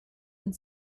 and